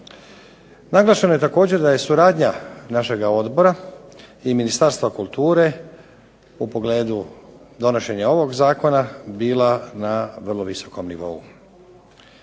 Naglašeno je također da je suradnja našega odbora i Ministarstva kulture u pogledu donošenja ovog zakona bila na vrlo visokom nivou.